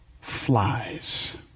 flies